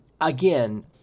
again